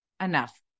enough